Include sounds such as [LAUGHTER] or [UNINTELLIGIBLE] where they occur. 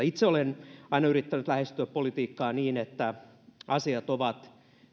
[UNINTELLIGIBLE] itse olen aina yrittänyt lähestyä politiikkaa niin että asiat ovat